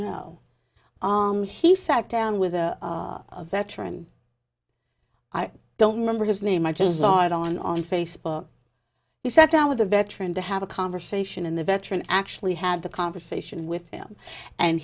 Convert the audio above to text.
know he sat down with a veteran i don't member his name i just saw it on on facebook he sat down with a veteran to have a conversation in the veteran actually had the conversation with him and